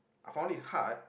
I found it hard